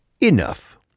Enough